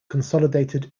consolidated